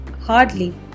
Hardly